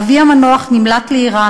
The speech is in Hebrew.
אבי המנוח נמלט לאיראן,